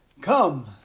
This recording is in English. Come